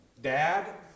Dad